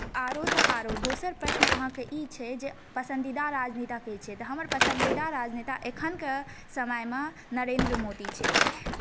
आरो तऽ आरो दोसर प्रश्न अहाँके ई छै जे पसन्दिदा राजनेता केँ छै तऽ हमर पसन्दिदा राजनेता एखन के समयमे नरेन्द्र मोदी छै